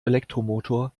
elektromotor